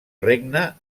regne